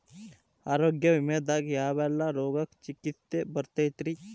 ಆರೋಗ್ಯ ವಿಮೆದಾಗ ಯಾವೆಲ್ಲ ರೋಗಕ್ಕ ಚಿಕಿತ್ಸಿ ಬರ್ತೈತ್ರಿ?